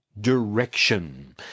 direction